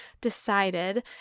decided